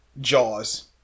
Jaws